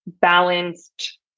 balanced